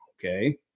okay